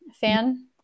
fan